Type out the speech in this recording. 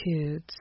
attitudes